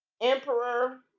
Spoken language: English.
emperor